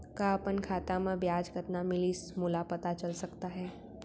का अपन खाता म ब्याज कतना मिलिस मोला पता चल सकता है?